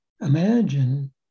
imagine